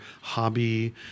hobby